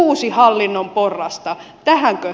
uusi hallinnon porrastaa tähän